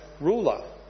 ruler